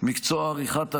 במקצוע עריכת דין,